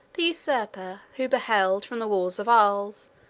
the usurper, who beheld, from the walls of arles,